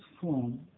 form